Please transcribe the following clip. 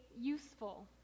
useful